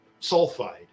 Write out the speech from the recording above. sulfide